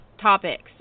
topics